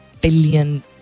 billion